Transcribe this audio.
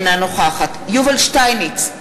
אינה נוכחת יובל שטייניץ,